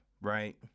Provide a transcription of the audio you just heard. right